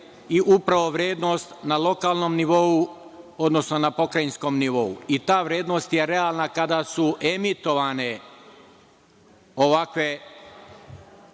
je upravo vrednost na lokalnom nivou, odnosno na pokrajinskom nivou. Ta vrednost je realna kada su emitovane ovakve